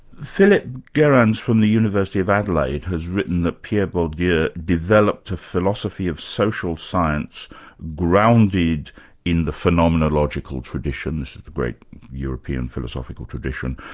philip gerrans from the university of adelaide has written that pierre bourdieu yeah developed a philosophy of social science grounded in the phenomenological traditions, a great european philosophical tradition,